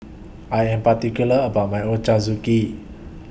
I Am particular about My Ochazuke